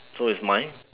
so is mine